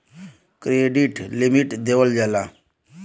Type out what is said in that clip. credit limit देवल जाला